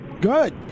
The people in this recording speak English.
Good